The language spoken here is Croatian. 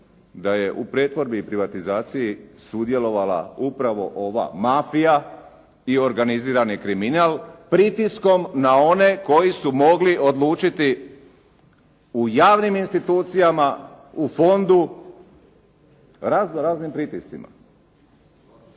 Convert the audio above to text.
da je u pretvorbi i privatizaciji sudjelovala upravo ova mafija i organizirani kriminal pritiskom na one koji su mogli odlučiti u javnim institucijama u fondu, razno raznim pritiscima.